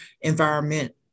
environment